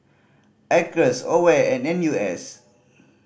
Acres AWARE and N U S